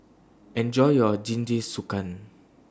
Enjoy your Jingisukan